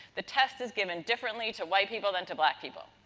the test is given differently to white people than to black people.